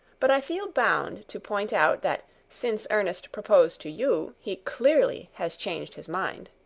but i feel bound to point out that since ernest proposed to you he clearly has changed his mind.